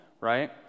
right